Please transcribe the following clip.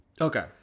Okay